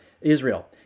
Israel